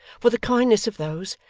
for the kindness of those,